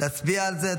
להצביע על זה?